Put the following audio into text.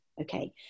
Okay